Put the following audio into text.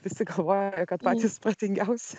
visi galvoja kad patys protingiausi